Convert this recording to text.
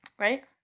right